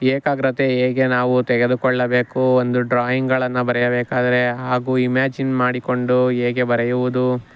ಏಕಾಗ್ರತೆ ಹೇಗೆ ನಾವು ತೆಗೆದುಕೊಳ್ಳಬೇಕು ಒಂದು ಡ್ರಾಯಿಂಗ್ಗಳನ್ನು ಬರೆಯಬೇಕಾದರೆ ಹಾಗೂ ಇಮ್ಯಾಜಿನ್ ಮಾಡಿಕೊಂಡು ಹೇಗೆ ಬರೆಯುವುದು